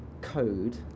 code